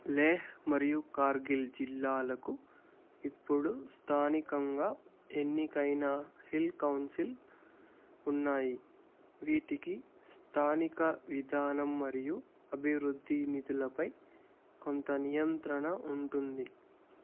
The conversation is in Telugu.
లేహ్ మరియు కార్గిల్ జిల్లాలకు ఇప్పుడు స్థానికంగా ఎన్నికైన హిల్ కౌన్సిల్ ఉన్నాయి వీటికి స్థానిక విధానం మరియు అభివృద్ధి నిధులపై కొంత నియంత్రణ ఉంటుంది